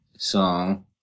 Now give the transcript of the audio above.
song